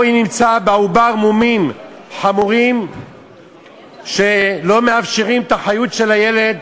או אם נמצאו בעובר מומים חמורים שלא מאפשרים את החיות של הילד